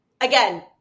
Again